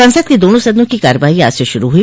संसद के दोनों सदनों की कार्यवाही आज से शुरू हुई